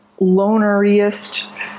loneriest